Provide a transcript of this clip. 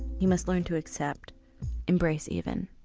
he must learn to accept embrace even.